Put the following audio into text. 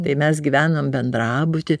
tai mes gyvenom bendrabuty